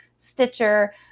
Stitcher